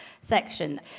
section